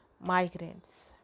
migrants